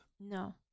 No